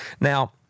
Now